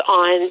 on